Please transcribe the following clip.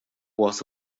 was